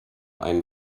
ein